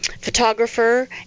photographer